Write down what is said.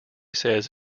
says